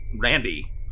Randy